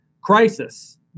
Crisis